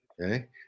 Okay